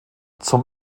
zum